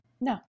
No